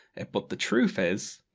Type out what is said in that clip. but the truth is.